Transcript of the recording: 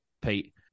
Pete